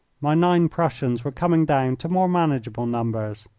my nine prussians were coming down to more manageable numbers,